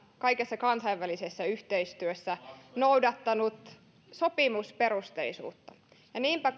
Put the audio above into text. kaikessa kansainvälisessä yhteistyössä noudattanut sopimusperusteisuutta niinpä